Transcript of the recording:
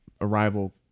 Arrival